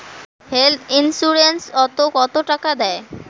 Health insurance ওত কত টাকা দেয়?